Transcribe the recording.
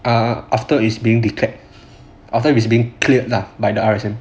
err after it is being declared after it is being cleared lah by the R_S_M